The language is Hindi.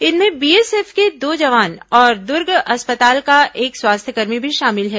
इनमें बीएसएफ के दो जवान और दुर्ग अस्पताल का एक स्वास्थ्यकर्मी भी शामिल है